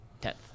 Tenth